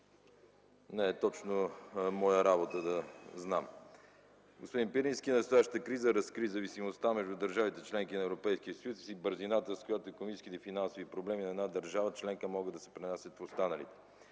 не е точно моя работа да знам. Господин Пирински, настоящата криза разкри зависимостта между държавите – членки на Европейския съюз, и бързината, с която икономическите и финансови проблеми на една държава членка могат да се пренасят и върху останалите.